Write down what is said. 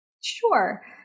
Sure